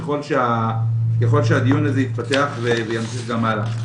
ככול שהדיון הזה יתפתח וימשיך גם הלאה.